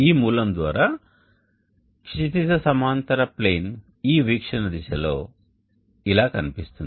ఈ మూలం ద్వారా క్షితిజ సమాంతర ప్లేన్ ఈ వీక్షణ దిశలో ఇలా కనిపిస్తుంది